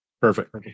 Perfect